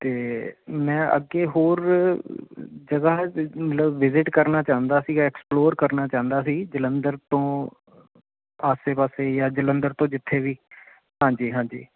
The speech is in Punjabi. ਅਤੇ ਮੈਂ ਅੱਗੇ ਹੋਰ ਜਗ੍ਹਾ ਮਤਲਬ ਵਿਜਿਟ ਕਰਨਾ ਚਾਹੁੰਦਾ ਸੀਗਾ ਐਕਸਪਲੋਰ ਕਰਨਾ ਚਾਹੁੰਦਾ ਸੀ ਜਲੰਧਰ ਤੋਂ ਆਸੇ ਪਾਸੇ ਜਾਂ ਜਲੰਧਰ ਤੋਂ ਜਿੱਥੇ ਵੀ ਹਾਂਜੀ ਹਾਂਜੀ